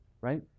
Right